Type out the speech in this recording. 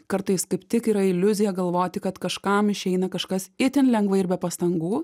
kartais kaip tik yra iliuzija galvoti kad kažkam išeina kažkas itin lengvai ir be pastangų